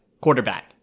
quarterback